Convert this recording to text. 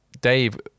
Dave